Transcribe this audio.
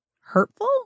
hurtful